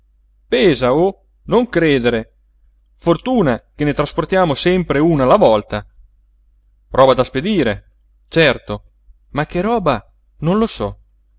oh non credere fortuna che ne trasportiamo sempre una alla volta roba da spedire certo ma che roba non lo so